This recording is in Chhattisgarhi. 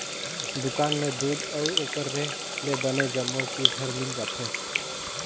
दुकान में दूद अउ ओखर ले बने जम्मो चीज हर मिल जाथे